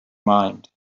mind